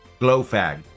Glowfag